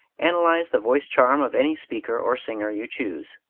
analyze the voice charm of any speaker or singer you choose.